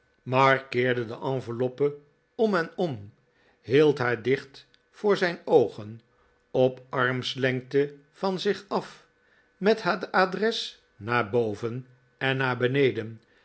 mark keerde de enveloppe om en om hield haar dicht voor zijn oogen op armslengte van zich af met net adres naar boven en naar beneden